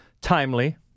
timely